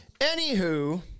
Anywho